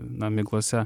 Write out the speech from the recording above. na miglose